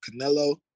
Canelo